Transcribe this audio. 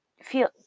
feel